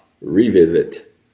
revisit